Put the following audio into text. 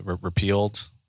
repealed